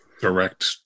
direct